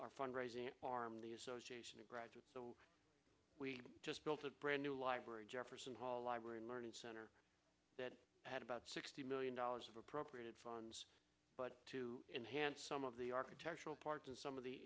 our fundraising arm the association so we just built a brand new library jefferson hall library learning center that had about sixty million dollars of appropriated funds but to enhance some of the architectural parts and some of the